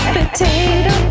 potato